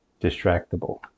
distractible